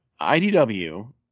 IDW